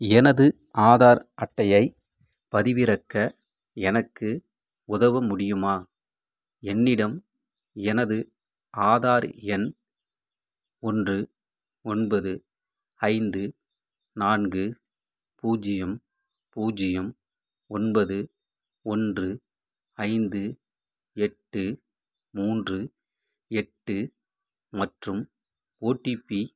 எனது ஆதார் அட்டையைப் பதிவிறக்க எனக்கு உதவ முடியுமா என்னிடம் எனது ஆதார் எண் ஒன்று ஒன்பது ஐந்து நான்கு பூஜ்யம் பூஜ்யம் ஒன்பது ஒன்று ஐந்து எட்டு மூன்று எட்டு மற்றும் ஓடிபி